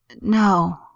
No